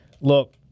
look